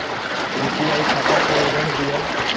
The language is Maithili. यू.पी.आई खाता के विवरण दिअ?